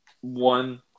one